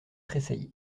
tressaillir